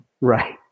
Right